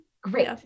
Great